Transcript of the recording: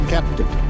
Captain